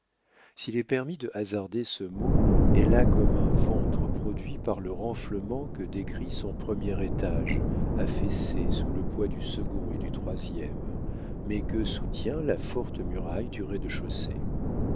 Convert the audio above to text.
s'il est permis de hasarder ce mot elle a comme un ventre produit par le renflement que décrit son premier étage affaissé sous le poids du second et du troisième mais que soutient la forte muraille du rez-de-chaussée